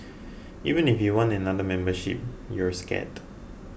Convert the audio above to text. even if you want another membership you're scared